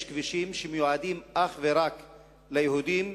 שיש כבישים שמיועדים אך ורק ליהודים,